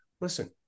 listen